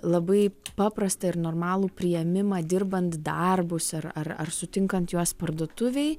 labai paprastą ir normalų priėmimą dirbant darbus ar ar ar sutinkant juos parduotuvėj